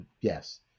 yes